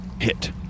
hit